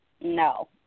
No